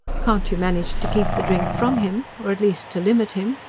can't you manage to keep the drink from him or at least to limit him?